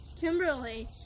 Kimberly